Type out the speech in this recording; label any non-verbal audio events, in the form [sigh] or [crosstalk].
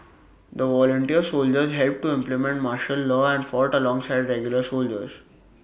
[noise] the volunteer soldiers helped to implement martial law and fought alongside regular soldiers